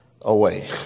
away